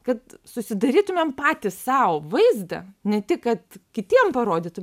kad susidarytumėm patys sau vaizdą ne tik kad kitiem parodytum